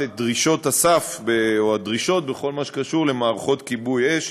את דרישות הסף בכל מה שקשור למערכות כיבוי אש,